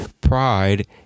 Pride